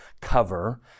cover